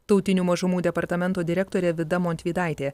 tautinių mažumų departamento direktorė vida montvydaitė